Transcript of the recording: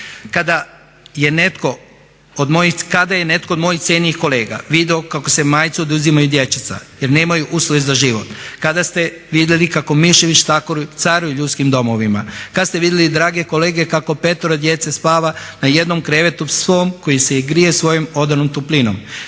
Kada je netko od mojih cijenjenih kolega vidio kako se majci oduzimaju dječica jer nemaju uslove za život, kada ste vidjeli kako miševi i štakoru caruju ljudskim domovima, kada ste vidjeli drage kolege kako petero djece spava na jednom krevetu s psom koji se i grije svojom odanom toplinom